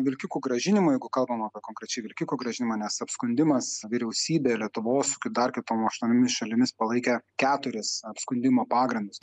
vilkikų grąžinimu jeigu kalbam apie konkrečiai vilkikų grąžinimą nes apskundimas vyriausybė lietuvos su dar kitom aštuoniomis šalimis palaikė keturis apskundimo pagrindus